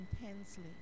intensely